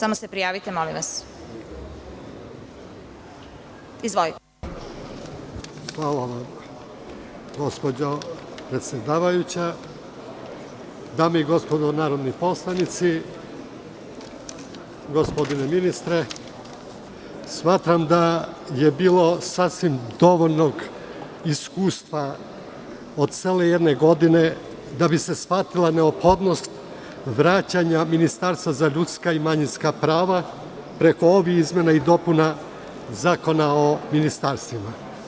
Dame i gospodo narodni poslanici, gospodine ministre, shvatam da je bilo sasvim dovoljnog iskustva od cele jedne godine da bi se shvatila neophodnost vraćanja Ministarstva za ljudska i manjinska prava preko ovih izmena i dopuna Zakona o ministarstvima.